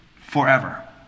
forever